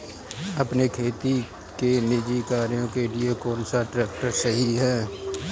अपने खेती के निजी कार्यों के लिए कौन सा ट्रैक्टर सही है?